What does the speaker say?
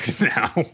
now